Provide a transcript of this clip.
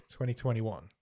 2021